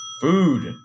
Food